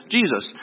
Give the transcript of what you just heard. Jesus